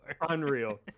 unreal